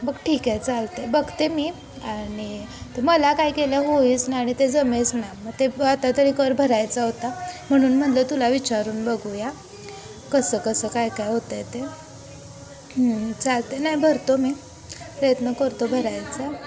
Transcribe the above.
बघ ठीक आहे चालतं आहे बघते मी आणि तर मला काय केल्या होईच ना आणि ते जमेच ना मग ते आता तरी कर भरायचा होता म्हणून म्हणलं तुला विचारून बघूया कसं कसं काय काय होतं आहे ते चालते नाही भरतो मी प्रयत्न करतो भरायचा